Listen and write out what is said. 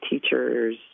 teachers